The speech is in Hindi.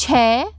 छः